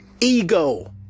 ego